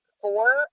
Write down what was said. four